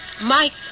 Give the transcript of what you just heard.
Mike